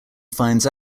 finds